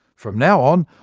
from now on,